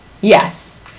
Yes